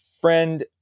friend